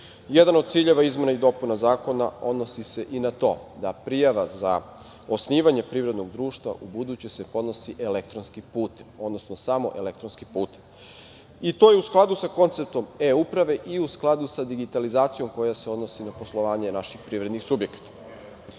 cilju. Jedan od ciljeva izmena i dopuna zakona odnosi se i na to da prijava za osnivanje privrednog društva ubuduće se podnosi elektronskim putem, odnosno samo elektronskim pute, i to je u skladu sa koncept e-Uprave i u skladu sa digitalizacijom koja se odnosi na poslovanje naših privrednih subjekata. Navešću